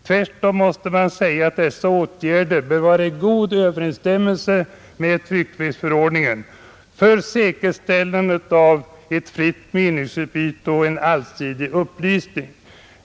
Tvärtom måste dessa åtgärder sägas vara i god överensstämmelse med syftet i tryckfrihetsförordningen när det gäller ”säkerställande av ett fritt meningsutbyte och en allsidig upplysning”.